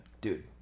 Dude